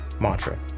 mantra